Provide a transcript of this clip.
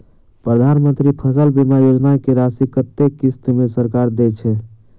प्रधानमंत्री फसल बीमा योजना की राशि कत्ते किस्त मे सरकार देय छै?